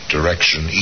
Direction